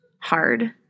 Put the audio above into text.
hard